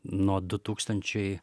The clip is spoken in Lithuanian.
nuo du tūkstančiai